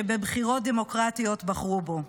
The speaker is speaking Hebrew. שבבחירות דמוקרטיות בחרו בו.